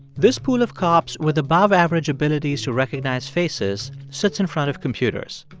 this pool of cops with above-average abilities to recognize faces sits in front of computers.